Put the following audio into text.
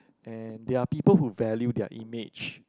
and there are people who value their image